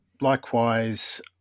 likewise